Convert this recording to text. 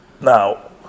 Now